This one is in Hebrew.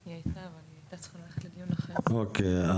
לא, אוקיי.